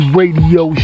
radio